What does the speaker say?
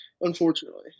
unfortunately